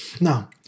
now